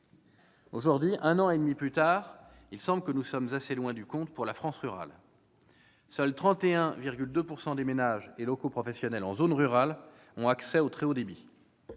Aujourd'hui, soit un an et demi plus tard, il semble que nous sommes assez loin du compte pour la France rurale : seuls 31,2 % des ménages et locaux professionnels ont accès au très haut débit